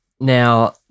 now